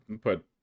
Put